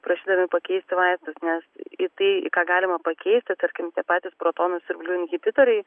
prašydami pakeisti vaistus nes į tai į ką galima pakeisti tarkim tie patys protonų siurblių inhibitoriai